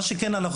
נכון להיום,